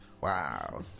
Wow